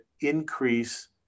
increase